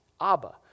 Abba